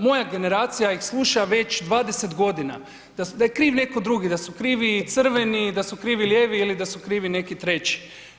Moja generacija ih sluša već 20 g., da je kriv netko drugi, da su krivi crveni, da su krivi lijevi ili da su krivi neki treći.